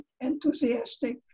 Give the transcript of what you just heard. enthusiastic